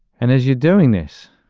and as you're doing this,